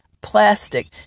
Plastic